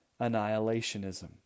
annihilationism